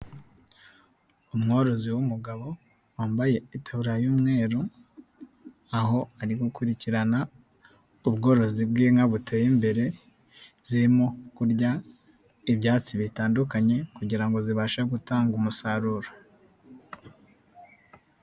Umworozi w'umugabo wambaye itaburiya y'umweru, aho ari gukurikirana ubworozi bw'inka buteye imbere, zirimo kurya ibyatsi bitandukanye kugira ngo zibashe gutanga umusaruro.